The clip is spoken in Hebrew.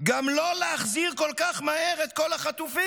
"גם לא להחזיר כל כך מהר את כל החטופים"